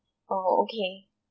oh okay